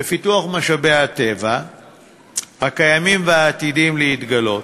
בפיתוח משאבי הטבע הקיימים והעתידים להתגלות,